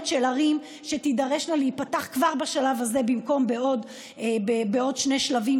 של ערים שתדרושנה להיפתח כבר בשלב הזה במקום בעוד שני שלבים,